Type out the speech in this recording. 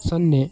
ಸೊನ್ನೆ